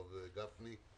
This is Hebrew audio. הרב גפני.